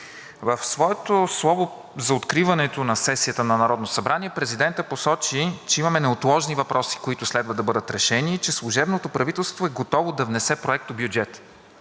В своето слово за откриването на сесията на Народното събрание президентът посочи, че имаме неотложни въпроси, които следва да бъдат решени и че служебното правителство е готово да внесе Проектобюджета,